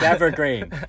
Evergreen